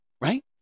right